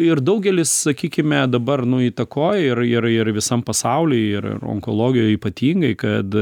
ir daugelis sakykime dabar nu įtakoja ir ir ir visam pasauly ir onkologijoj ypatingai kad